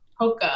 Hoka